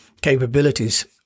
capabilities